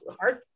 hard